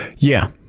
yeah,